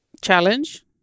challenge